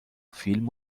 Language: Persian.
فیلم